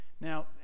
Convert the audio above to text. now